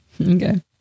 Okay